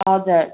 हजुर